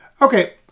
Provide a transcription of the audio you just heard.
Okay